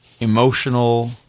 emotional